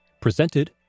Presented